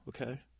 okay